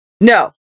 No